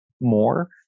more